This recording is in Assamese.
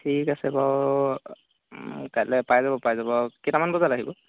ঠিক আছে বাৰু কাইলৈ পাই যাব পাই যাব কেইটামান বজাত আহিব